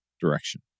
direction